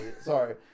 Sorry